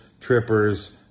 trippers